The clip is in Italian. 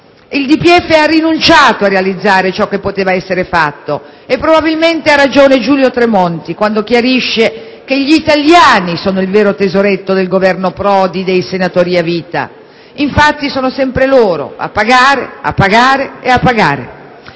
Il DPEF ha rinunciato a realizzare ciò che poteva essere fatto e probabilmente ha ragione Giulio Tremonti quando chiarisce che gli italiani sono il vero "tesoretto" del Governo Prodi dei senatori a vita. Infatti, sono sempre loro a pagare, pagare, pagare...